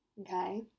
okay